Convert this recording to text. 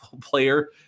player